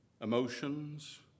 emotions